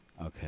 Okay